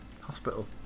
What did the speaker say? Hospital